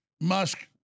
musk